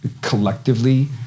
collectively